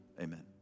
amen